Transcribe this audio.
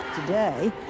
Today